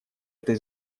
этой